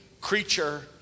creature